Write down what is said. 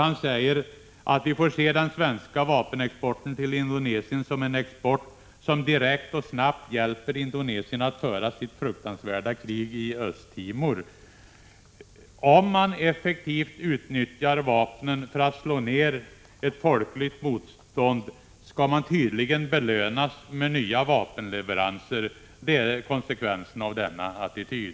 Han sade då: Vi får se den svenska vapenexporten till Indonesien som en export som direkt och snabbt hjälper Indonesien att föra sitt fruktansvärda krig i Östtimor. Om landet effektivt utnyttjar vapnen för att slå ner ett folkligt motstånd skall det tydligen belönas med nya vapenleveranser. Det är konsekvensen av denna attityd.